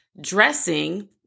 dressing